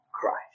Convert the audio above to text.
Christ